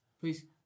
Please